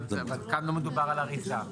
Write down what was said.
אבל כאן לא מדובר על אריזה.